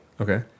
Okay